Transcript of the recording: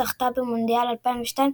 שזכתה במונדיאל 2002,